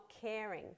caring